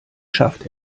schafft